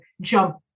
jump